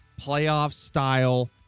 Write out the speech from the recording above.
playoff-style